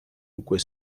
უკვე